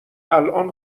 الان